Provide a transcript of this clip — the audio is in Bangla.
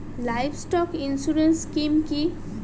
লাইভস্টক ইন্সুরেন্স স্কিম কি?